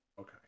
Okay